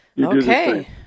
Okay